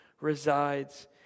resides